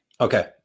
Okay